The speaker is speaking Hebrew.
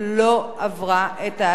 לא נתקבלה.